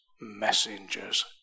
messengers